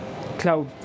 cloud